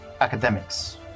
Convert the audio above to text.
academics